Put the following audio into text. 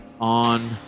on